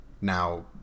Now